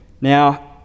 now